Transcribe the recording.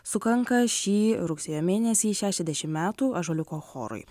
sukanka šį rugsėjo mėnesį šešiasdešim metų ąžuoliuko chorui